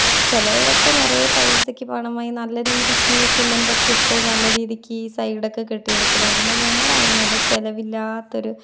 ഇപ്പോൾ ചിലരൊക്കെ നിറയെ പൈസക്ക് പണം വാങ്ങി നല്ല രീതിക്ക് സിമെൻറ്റൊക്കെ ഇട്ട് നല്ല രീതിക്ക് സൈഡൊക്കെ കെട്ടി എടുക്കുന്നവരാണ് ഞങ്ങളുടെ അങ്ങനെ അല്ല ചിലവില്ലാത്തൊരു